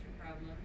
problem